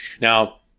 Now